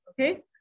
okay